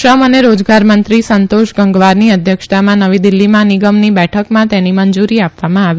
શ્રમ અને રોજગારમંત્રી સંતોષ ગંગવારની અધ્યક્ષતામાં નવી દિલ્ફીમાં નિગમની બેઠકમાં તેની મંજુરી આપવામાં આવી